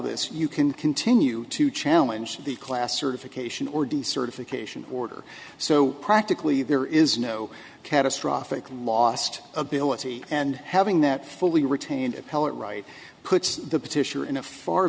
this you can continue to challenge the class certification or decertification order so practically there is no catastrophic lost ability and having that fully retained appellate right puts the petitioner in a far